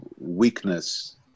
weakness